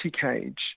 cage